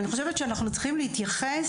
אני חושבת שאנחנו צריכים להתייחס,